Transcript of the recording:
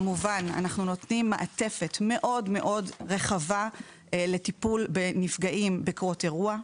כמובן שאנחנו נותנים מעטפת מאוד מאוד רחבה לטיפול בנפגעים בקרות אירוע,